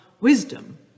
wisdom